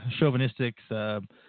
Chauvinistics –